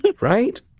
Right